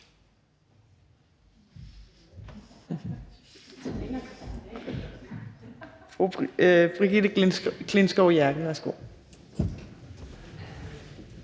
Tak.